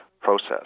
process